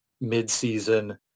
mid-season